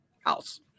house